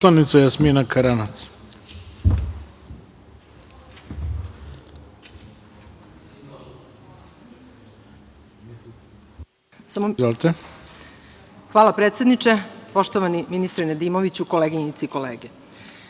Karanac. **Jasmina Karanac** Hvala, predsedniče. Poštovani ministre Nedimoviću, koleginice i kolege,